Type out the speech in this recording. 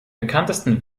bekanntesten